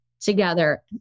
Together